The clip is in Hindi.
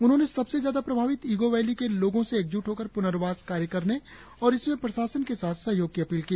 उन्होंने सबसे ज्यादा प्रभावित इगो वैली के लोगों से एक ज्ट होकर प्नर्वास कार्य करने और इसमें प्रशासन के साथ सहयोग की अपील की